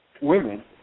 women